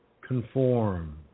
conform